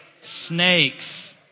snakes